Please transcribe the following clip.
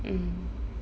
mm